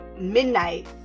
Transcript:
midnight